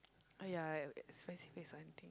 !aiya! expensive place or anything